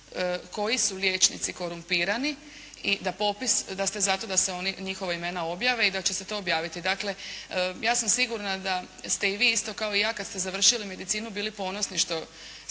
koji su liječnici korumpirani i da ste za to da se njihova imena objave i da će se to objaviti. Dakle, ja sam sigurna da ste i vi isto kao i ja kada ste završili medicinu bili ponosni što ste